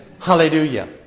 Hallelujah